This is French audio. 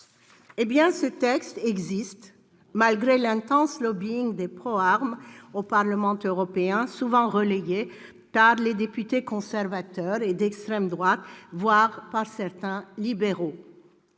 ce texte existe, malgré l'intense lobbying des « proarmes » au Parlement européen, souvent relayé par les députés conservateurs et d'extrême droite, voire par certains libéraux.